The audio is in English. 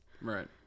Right